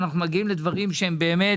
אנחנו מגיעים לדברים שהם באמת,